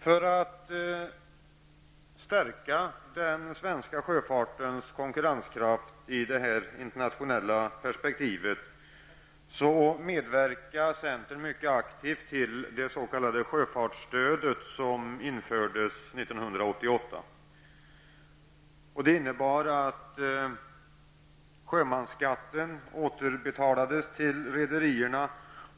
För att stärka den svenska sjöfartens konkurrenskraft i det internationella perspektivet medverkade centern mycket aktivt till att införa det s.k. sjöfartsstödet 1988. Sjöfartsstödet innebar att sjömansskatten återbetalades till rederierna. Det